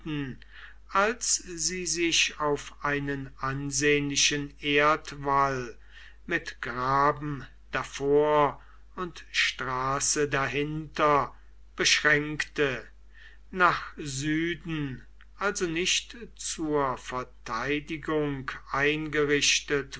als sie sich auf einen ansehnlichen erdwall mit graben davor und straße dahinter beschränkte nach süden also nicht zur verteidigung eingerichtet